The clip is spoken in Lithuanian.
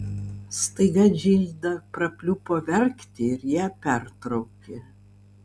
staiga džilda prapliupo verkti ir ją pertraukė